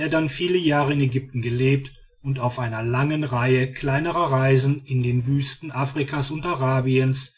er dann viele jahre in ägypten gelebt und auf einer langen reihe kleinerer reisen in den wüsten afrikas und arabiens